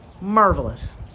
Marvelous